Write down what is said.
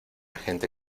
gente